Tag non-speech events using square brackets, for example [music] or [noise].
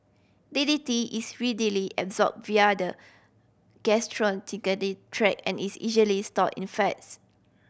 D D T is readily absorbed via the [unintelligible] tract and is easily stored in fats